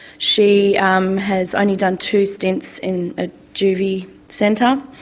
she um has only done two stints in a juvie centre,